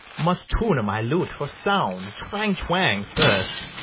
must tuna my lute for sound, twang, twang, first.